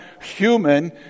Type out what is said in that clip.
Human